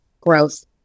growth